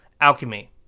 alchemy